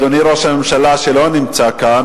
אדוני ראש הממשלה שלא נמצא כאן,